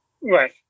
Right